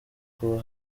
kuba